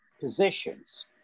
positions